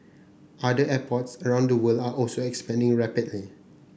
other airports around the world are also expanding rapidly